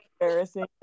embarrassing